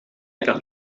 kan